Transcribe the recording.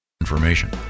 Information